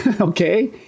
okay